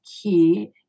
key